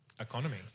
economy